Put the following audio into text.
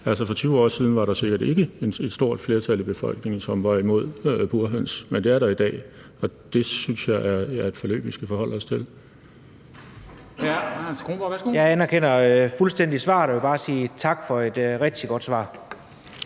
Altså, for 20 år siden var der sikkert ikke et stort flertal i befolkningen, som var imod burhøns, men det er der i dag. Og det synes jeg er et forløb vi skal forholde os til.